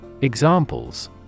Examples